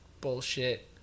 bullshit